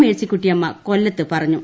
മേഴ്സിക്കുട്ടിയമ്മ കൊല്ലത്ത് പറഞ്ഞു